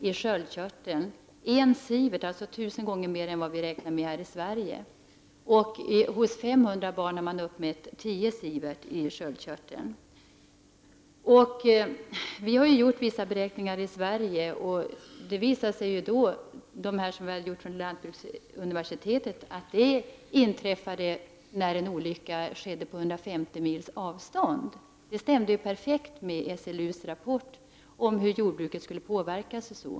1 sievert är tusen gånger mer än vad vi räknar med här i Sverige. Hos 500 barn har man uppmätt 10 sievert i sköldkörteln. Vi har gjort vissa beräkningar i Sverige. Det visade sig att vad som inträffade när en olycka skedde på 150 mils avstånd stämde precis med statens lantbruksuniversitets rapport om hur jordbruket skulle påverkas.